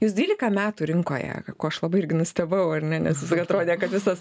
jūs dvylika metų rinkoje kuo aš labai irgi nustebau ar ne nes atrodė kad visas